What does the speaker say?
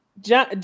John